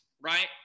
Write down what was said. Right